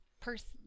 person